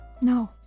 No